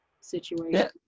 situation